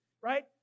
right